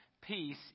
Peace